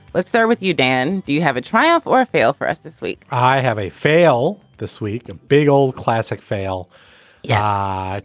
let's start with you, dan. do you have a triumph or fail for us this week? i have a fail this week. a big old classic fail yeah,